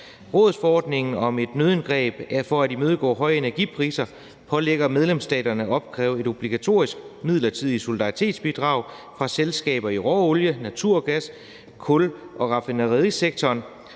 Rådsforordningen om et nødindgreb for at imødegå høje energipriser pålægger medlemsstaterne at opkræve et obligatorisk midlertidigt solidaritetsbidrag fra selskaber i råolie-, naturgas-, kul- og raffinaderisektoren.